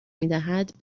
میدهد